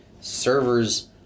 servers